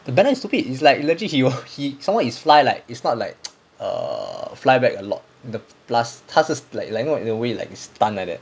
the banner is stupid it's like legit he will he somemore is fly like is not like err fly back a lot err plus 他是 like like you know in a way like stunt like that